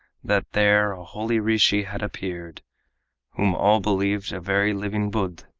that there a holy rishi had appeared whom all believed a very living buddh,